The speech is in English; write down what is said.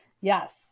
Yes